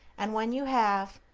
and when you have,